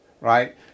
right